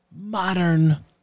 modern